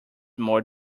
more